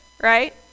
right